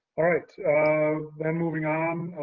all right, um then moving on,